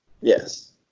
Yes